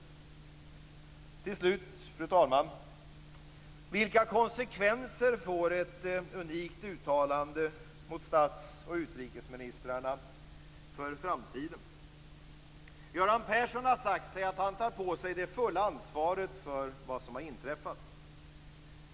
Till slut, fru talman! Vilka konsekvenser får ett unikt uttalande mot stats och utrikesministrarna för framtiden? Göran Persson har sagt att han tar på sig det fulla ansvaret för vad som har inträffat.